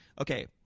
Okay